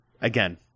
Again